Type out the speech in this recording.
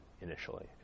initially